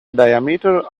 diameter